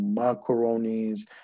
Macaronis